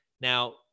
Now